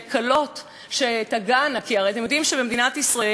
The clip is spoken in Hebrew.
כי הרי אתם יודעים שבמדינת ישראל יש רק החוק הדתי,